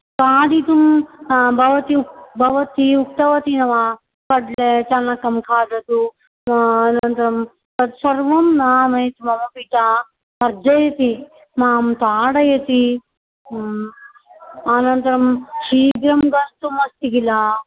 खादितुं भवती भवती उक्तवती न वा कड्ले चणकं खादतु अनन्तरं तत्सर्वं न आनयति मम पिता तर्जयति मां ताडयति अनन्तरं शीघ्रं गन्तुम् अस्ति खिल